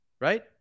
right